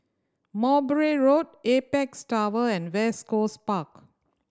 Mowbray Road Apex Tower and West Coast Park